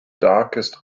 darkest